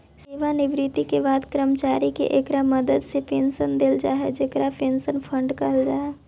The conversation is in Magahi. सेवानिवृत्ति के बाद कर्मचारि के इकरा मदद से पेंशन देल जा हई जेकरा पेंशन फंड कहल जा हई